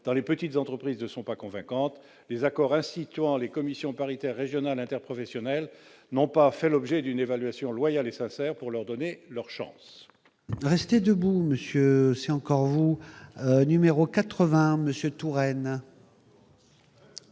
dans les petites entreprises ne sont pas convaincantes. Les accords instituant les commissions paritaires régionales interprofessionnelles n'ont pas fait l'objet d'une évaluation loyale et sincère pour leur donner leur chance. L'amendement n° 80, présenté par MM. Tourenne